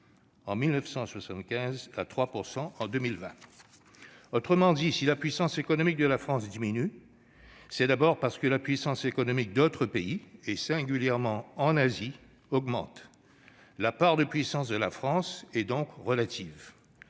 en 1975 à 3 % en 2020. Autrement dit, si la puissance économique de la France diminue, c'est d'abord parce que la puissance économique d'autres pays, singulièrement en Asie, augmente. La perte de puissance de la France est donc relative.